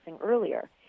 earlier